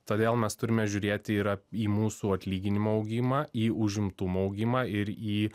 todėl mes turime žiūrėti ir į mūsų atlyginimo augimą į užimtumo augimą ir į